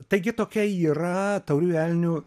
taigi tokia yra tauriųjų elnių